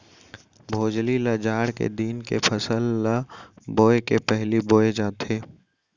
भोजली ल जाड़ के दिन के फसल ल बोए के पहिली बोए जाथे